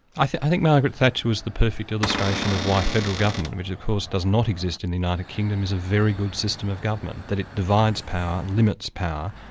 i think i think margaret thatcher was the perfect illustration of why federal government, which of course does not exist in the united kingdom, is a very good system of government that it divides power, limits power,